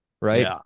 right